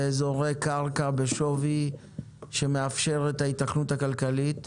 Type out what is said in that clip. באיזורי קרקע בשווי שמאפשר את ההיתכנות הכלכלית.